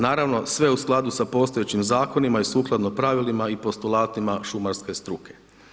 Naravno, sve u skladu sa postojećim zakonima i sukladno pravilima i postolatima šumarske struke.